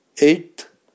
Eighth